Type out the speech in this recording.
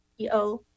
CEO